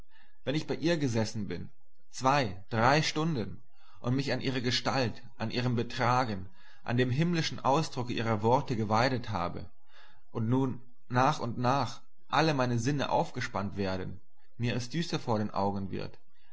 wenn ich bei ihr gesessen bin zwei drei stunden und mich an ihrer gestalt an ihrem betragen an dem himmlischen ausdruck ihrer worte geweidet habe und nun nach und nach alle meine sinne aufgespannt werden mir es düster vor den augen wird